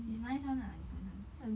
it's nice [one] ah it's nice [one]